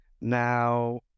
Now